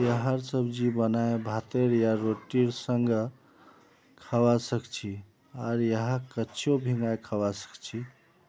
यहार सब्जी बनाए भातेर या रोटीर संगअ खाबा सखछी आर यहाक कच्चो भिंगाई खाबा सखछी